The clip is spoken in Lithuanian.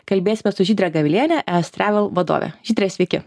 kalbėsimės su žydre gaveliene es travel vadove žydre sveiki